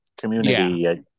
community